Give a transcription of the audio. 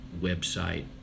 website